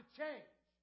change